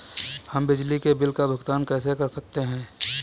हम बिजली के बिल का भुगतान कैसे कर सकते हैं?